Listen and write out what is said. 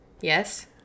yes